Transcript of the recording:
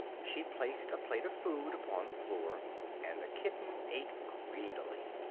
she placed a plate of food upon the floor and the kitten ate greedily.